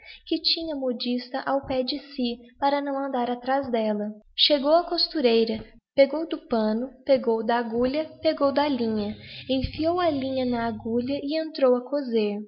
que tinha a modista ao pé de si para não andar atraz delia chegou á costureira pegou do panno pegou da agulha pegou da linha enfiou a linha na agulha e entrou a